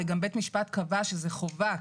ובית המשפט קבע שזו חובה.